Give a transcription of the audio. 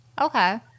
Okay